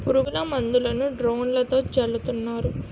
పురుగుల మందులను డ్రోన్లతో జల్లుతున్నారు